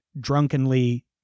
drunkenly